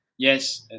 Yes